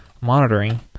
monitoring